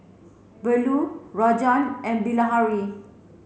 Bellur Rajan and Bilahari